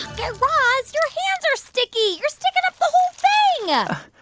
guy raz, your hands are sticky. you're sticking up the whole thing yeah